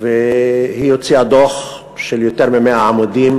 היא הוציאה דוח של יותר מ-100 עמודים,